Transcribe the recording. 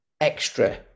extra